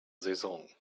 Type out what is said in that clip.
saison